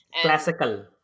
Classical